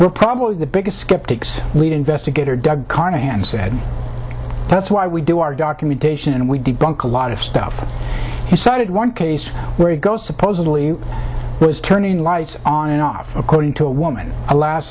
will probably the biggest skeptics lead investigator doug carnahan said that's why we do our documentation and we debunk a lot of stuff he cited one case where he goes supposedly was turning lights on and off according to a woman al